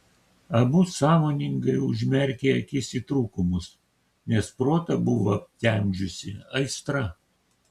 abu sąmoningai užmerkė akis į trūkumus nes protą buvo aptemdžiusi aistra